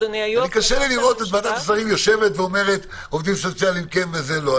קשה לי לראות את ועדת השרים אומרת: עובדים סוציאליים כן וזה לא.